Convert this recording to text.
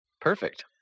perfect